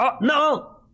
no